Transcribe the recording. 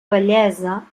vellesa